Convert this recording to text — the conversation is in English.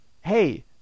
Hey